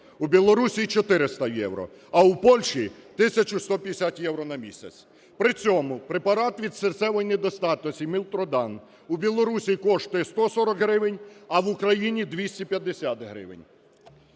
У Білорусії – 400 євро, а у Польщі – 1150 євро на місяць. При цьому препарат від серцевої недостатності "Мілдронат" у Білорусії коштує 140 гривень, а в Україні – 250 гривень.